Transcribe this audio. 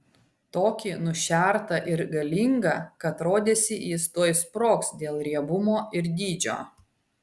tokį nušertą ir galingą kad rodėsi jis tuoj sprogs dėl riebumo ir dydžio